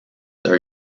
are